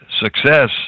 success